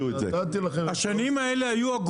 מאיפה הם הביאו נתונים?